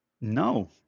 No